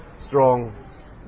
Strong